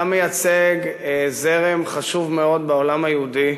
אתה מייצג זרם חשוב מאוד בעולם היהודי,